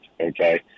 Okay